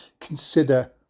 consider